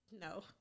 No